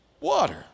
Water